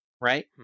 right